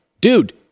Dude